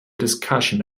discussion